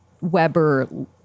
Weber